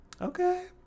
Okay